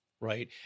Right